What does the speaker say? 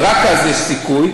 ורק אז יש סיכוי,